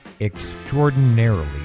extraordinarily